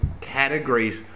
categories